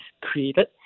created